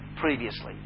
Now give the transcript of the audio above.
previously